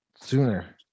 sooner